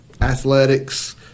athletics